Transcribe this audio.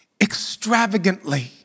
Extravagantly